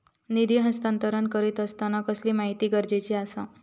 निधी हस्तांतरण करीत आसताना कसली माहिती गरजेची आसा?